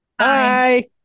Hi